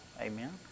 Amen